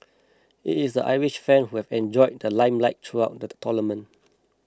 it is the Irish fans who have enjoyed the limelight throughout the tournament